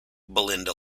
belinda